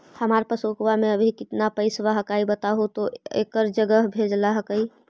हमार पासबुकवा में अभी कितना पैसावा हक्काई बताहु तो एक जगह भेजेला हक्कई?